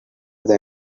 than